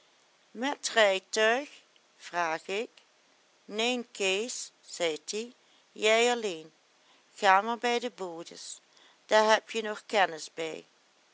et rijtuig vraag ik neen kees zeit ie jij alleen ga maar bij de bodes daar heb je nog kennis bij